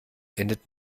endet